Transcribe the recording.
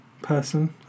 Person